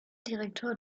direktor